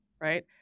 right